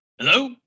hello